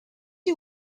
you